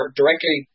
directly